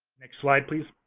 next slide, please.